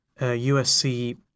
USC